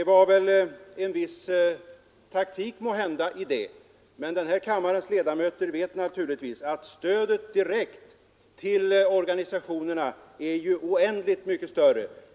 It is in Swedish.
Det var väl en viss taktik i hans yttrande, men denna kammares ledamöter vet naturligtvis, att det direkta stödet till organisationerna är oändligt mycket större.